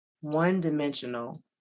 one-dimensional